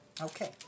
Okay